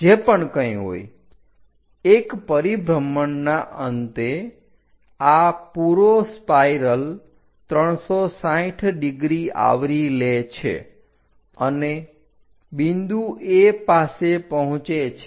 જે પણ કંઇ હોય એક પરિભ્રમણના અંતે આ પૂરો સ્પાઇરલ 360° આવરી લે છે અને બિંદુ A પાસે પહોંચે છે